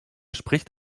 spricht